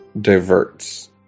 diverts